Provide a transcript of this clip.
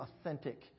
authentic